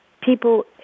people